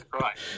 right